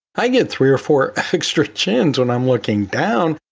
i get three or four extra chins when i'm looking down.